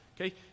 Okay